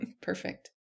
perfect